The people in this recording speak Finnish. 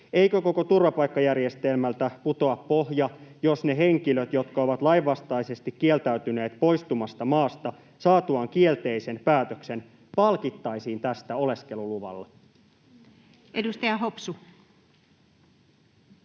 Eikö koko turvapaikkajärjestelmältä putoa pohja, jos ne henkilöt, jotka ovat lainvastaisesti kieltäytyneet poistumasta maasta saatuaan kielteisen päätöksen, palkittaisiin tästä oleskeluluvalla? Edustaja Hopsu.